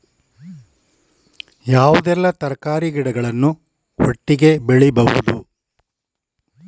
ಯಾವುದೆಲ್ಲ ತರಕಾರಿ ಗಿಡಗಳನ್ನು ಒಟ್ಟಿಗೆ ಬೆಳಿಬಹುದು?